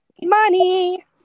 Money